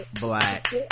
black